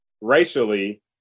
racially